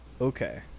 okay